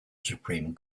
supreme